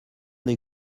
des